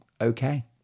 okay